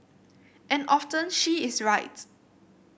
and often she is right